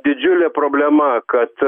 didžiulė problema kad